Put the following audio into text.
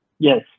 Yes